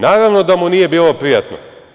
Naravno da mu nije bilo prijatno.